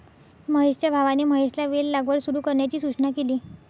महेशच्या भावाने महेशला वेल लागवड सुरू करण्याची सूचना केली